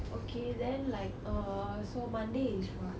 okay then like err so monday is what